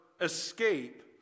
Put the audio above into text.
escape